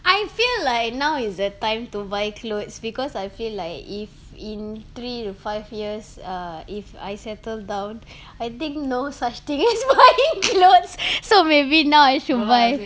I feel like now is the time to buy clothes because I feel like if in three to five years err if I settle down I think no such thing as buying clothes so maybe now I should buy